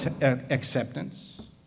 acceptance